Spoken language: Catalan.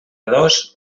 dos